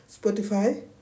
Spotify